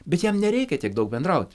bet jam nereikia tiek daug bendrauti